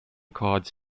cards